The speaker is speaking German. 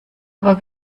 aber